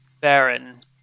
baron